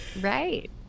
right